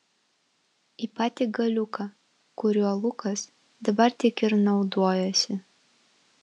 į patį galiuką kuriuo lukas dabar tik ir naudojosi